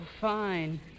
fine